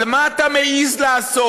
אבל מה אתה מעז לעשות?